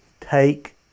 take